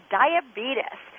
diabetes